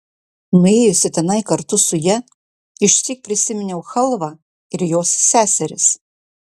nuėjusi tenai kartu su ja išsyk prisiminiau chalvą ir jos seseris